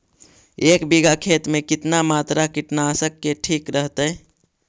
एक बीघा खेत में कितना मात्रा कीटनाशक के ठिक रहतय?